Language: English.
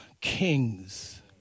kings